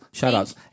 shoutouts